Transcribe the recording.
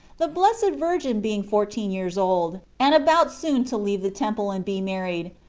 the blessed virgin being fourteen years old, and about soon to leave the temple and be married,